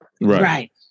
Right